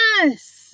Yes